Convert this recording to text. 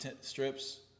strips